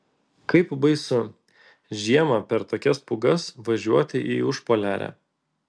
kaip baisu žiemą per tokias pūgas važiuoti į užpoliarę